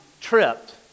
tripped